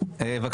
וגם